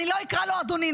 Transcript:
אני לא אקרא לו אדוני,